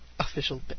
Official